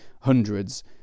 hundreds